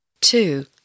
Two